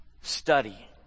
study